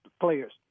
players